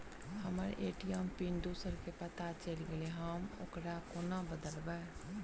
हम्मर ATM PIN दोसर केँ पत्ता चलि गेलै, हम ओकरा कोना बदलबै?